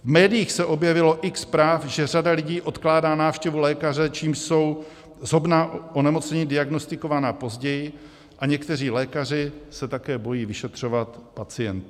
V médiích se objevilo x zpráv, že řada lidí odkládá návštěvu lékaře, čímž jsou zhoubná onemocnění diagnostikována později, a někteří lékaři se také bojí vyšetřovat pacienty.